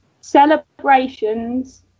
celebrations